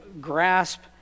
grasp